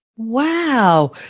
Wow